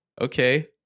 Okay